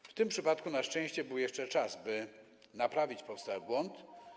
W tym przypadku na szczęście był jeszcze czas, by naprawić powstały błąd.